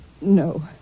No